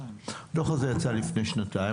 הדוח הזה יצא לפני שנתיים,